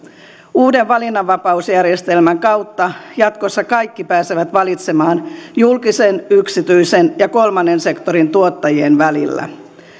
uuden valinnanvapausjärjestelmän kautta jatkossa kaikki pääsevät valitsemaan julkisen yksityisen ja kolmannen sektorin tuottajien välillä